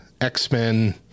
X-Men